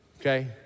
okay